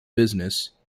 business